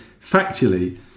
Factually